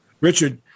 Richard